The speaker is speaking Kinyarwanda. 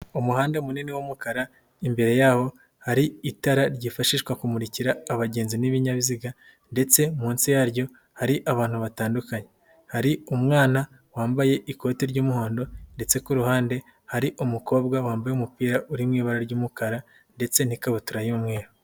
Umuhanda munini w'umukara imbere yawo hari itara ryifashishwa kumuririka abagenzi n'ibinyabiziga, ndetse munsi yaryo hari abantu batandukanye. Hari umwana wambaye ikoti ry'umuhondo, ndetse ku ruhande hari umukobwa wambaye umupira uri mu ibara ry'umukara ndetse n'ikabutura y'umweru.